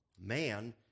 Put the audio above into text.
man